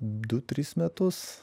du tris metus